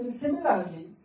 Similarly